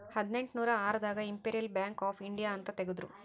ಹದಿನೆಂಟನೂರ ಆರ್ ದಾಗ ಇಂಪೆರಿಯಲ್ ಬ್ಯಾಂಕ್ ಆಫ್ ಇಂಡಿಯಾ ಅಂತ ತೇಗದ್ರೂ